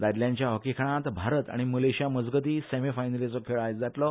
दादल्यांच्या हॉकी खेळात भारत आनी मलेशिया मजगती सेमीफायनलीचो खेळ जातलो